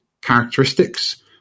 characteristics